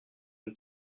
une